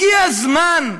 הגיע הזמן,